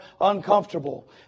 uncomfortable